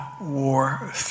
war